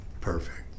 Perfect